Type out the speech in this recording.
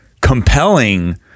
compelling